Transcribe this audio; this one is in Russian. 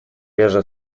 реже